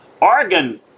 Oregon